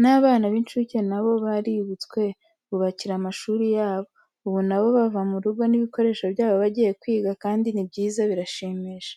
N'abana b'incuke na bo baributswe bubakirwa amashuri yabo, ubu na bo bava mu rugo n'ibikoresho byabo bagiye kwiga kandi ni byiza birashimisha.